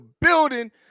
building